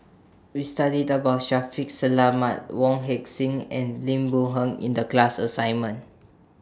We studied about Shaffiq Selamat Wong Heck Sing and Lim Boon Heng in The class assignment